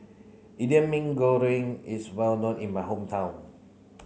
Indian Mee Goreng is well known in my hometown